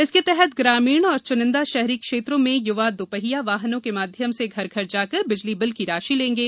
इसके तहत ग्रामीण और च्निंदा शहरी क्षेत्रों में य्वा दोपहिया वाहनों के माध्यम से घर घर जाकर बिजली बिल की राशि लेंगे